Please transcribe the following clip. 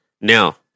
Now